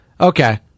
okay